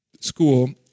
school